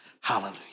Hallelujah